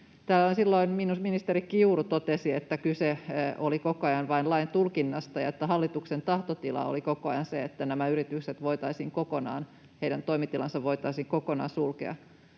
täällä ministeri Kiuru totesi, että kyse oli koko ajan vain lain tulkinnasta ja että hallituksen tahtotila oli koko ajan se, että nämä yritysten toimitilat voitaisiin kokonaan sulkea.